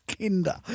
Kinder